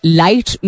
light